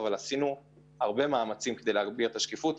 עשינו הרבה מאמצים כדי להגביר את השקיפות.